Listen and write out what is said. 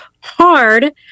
hard